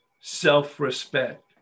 self-respect